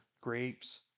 grapes